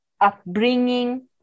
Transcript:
upbringing